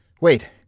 Wait